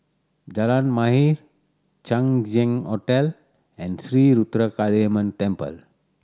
Jalan Mahir Chang Ziang Hotel and Sri Ruthra Kaliamman Temple